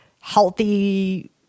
healthy